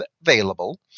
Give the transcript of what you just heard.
available